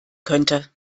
könnte